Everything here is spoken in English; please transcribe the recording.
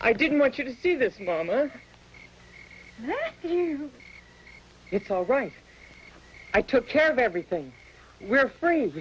i didn't want you to see this or that it's all right i took care of everything we're free